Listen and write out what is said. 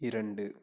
இரண்டு